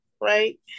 right